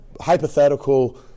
hypothetical